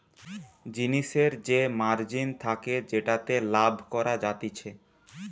জিনিসের যে মার্জিন থাকে যেটাতে লাভ করা যাতিছে